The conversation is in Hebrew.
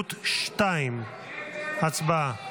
הסתייגות 2, הצבעה.